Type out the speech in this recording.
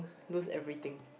lose everything